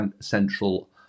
central